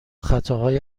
خطاهای